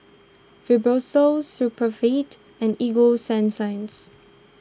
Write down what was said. Fibrosol Supravit and Ego Sunsense